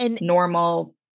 normal